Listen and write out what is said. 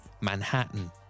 Manhattan